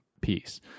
piece